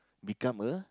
become a